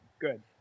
good